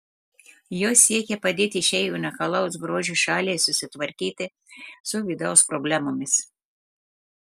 jos siekia padėti šiai unikalaus grožio šaliai susitvarkyti su vidaus problemomis